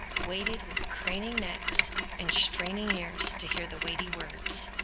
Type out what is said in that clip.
waited with craning necks and straining ears to hear the weighty words.